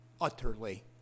utterly